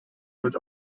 wird